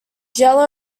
jello